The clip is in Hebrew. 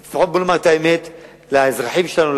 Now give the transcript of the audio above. אז לפחות בואו נאמר את האמת לאזרחים שלנו,